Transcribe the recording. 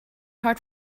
hard